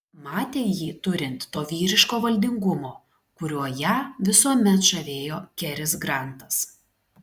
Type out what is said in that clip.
matė jį turint to vyriško valdingumo kuriuo ją visuomet žavėjo keris grantas